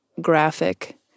graphic